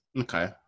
Okay